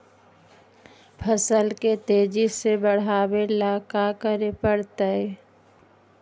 फसल के तेजी से बढ़ावेला का करे पड़तई?